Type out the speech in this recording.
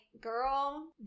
girl